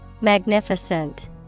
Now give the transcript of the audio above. Magnificent